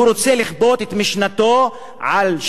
והוא רוצה לכפות את משנת האזרחות-נאמנות